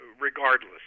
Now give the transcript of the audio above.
regardless